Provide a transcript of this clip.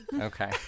Okay